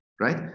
Right